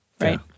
right